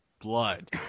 Blood